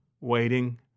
waiting